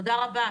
תודה רבה.